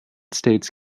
states